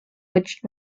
which